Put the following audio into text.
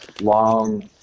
long